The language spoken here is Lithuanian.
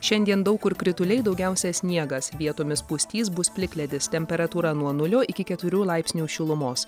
šiandien daug kur krituliai daugiausia sniegas vietomis pustys bus plikledis temperatūra nuo nulio iki keturių laipsnių šilumos